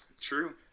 true